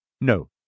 No